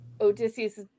Odysseus